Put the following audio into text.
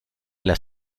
las